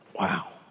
Wow